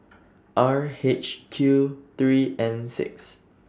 R H Q three N six